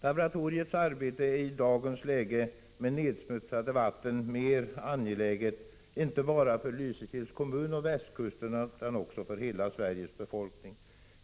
Laboratoriets arbete är i dagens läge, med nedsmutsade vatten, mycket angeläget inte bara för Lysekils kommun och västkusten, utan också för hela Sveriges befolkning.